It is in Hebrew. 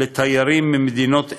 לתיירים מהמדינות האלו,